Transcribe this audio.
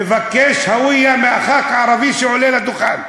מבקש הַוִיֶּה מחבר הכנסת הערבי שעולה לדוכן.